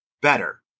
better